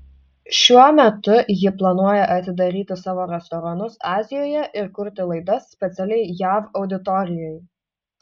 šiuo metu jis planuoja atidaryti savo restoranus azijoje ir kurti laidas specialiai jav auditorijai